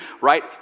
right